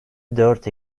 dört